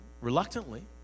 reluctantly